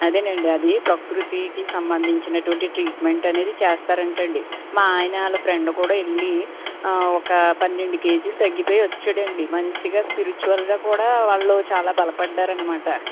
అదేనండీ అది ప్రకృతికి సంబంధించినటువంటి ట్రీట్మెంట్ అనేది చేస్తారట అండీ మా ఆయన వాళ్ళ ఫ్రెండ్ కూడా వెళ్ళి ఒక పన్నెండు కేజీలు తగ్గిపోయి వచ్చాడండి మంచిగా స్పిరిచువల్గా కూడా వాళ్ళు చాలా బలపడ్డారన్నమాట